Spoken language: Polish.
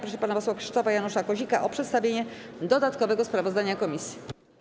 Proszę pana Krzysztofa Janusza Kozika o przedstawienie dodatkowego sprawozdania komisji.